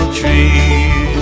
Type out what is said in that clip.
tree